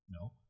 No